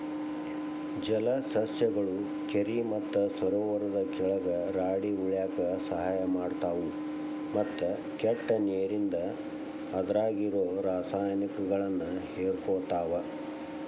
ಜಲಸಸ್ಯಗಳು ಕೆರಿ ಮತ್ತ ಸರೋವರದ ಕೆಳಗ ರಾಡಿ ಉಳ್ಯಾಕ ಸಹಾಯ ಮಾಡ್ತಾವು, ಮತ್ತ ಕೆಟ್ಟ ನೇರಿಂದ ಅದ್ರಾಗಿರೋ ರಾಸಾಯನಿಕಗಳನ್ನ ಹೇರಕೋತಾವ